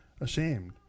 ashamed